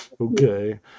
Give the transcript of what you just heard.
okay